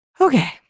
Okay